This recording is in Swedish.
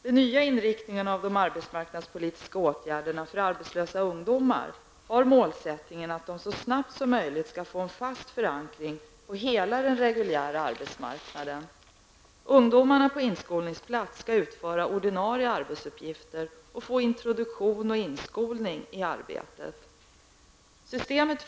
Den nya inriktningen av de arbetsmarknadspolitiska åtgärderna för arbetslösa ungdomar har målsättningen att de så snabbt som möjligt skall få en fast förankring på hela den reguljära arbetsmarknaden. Ungdomarna på inskolningsplats skall utföra ordinarie arbetsuppgifter och få introduktion och inskolning i arbetet.